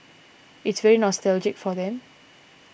it's very nostalgic for them